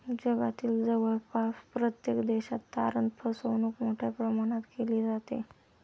जगातील जवळपास प्रत्येक देशात तारण फसवणूक मोठ्या प्रमाणात केली जाते